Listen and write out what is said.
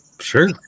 Sure